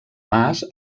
mas